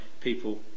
people